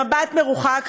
במבט מרוחק,